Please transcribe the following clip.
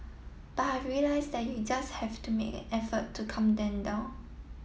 but I've realised that you just have to make an effort to calm them down